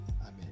Amen